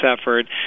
effort